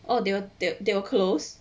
oh they will they will close